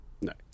nice